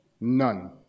None